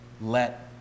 Let